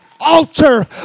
altar